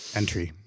entry